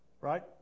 right